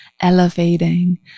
elevating